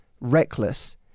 reckless